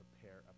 prepare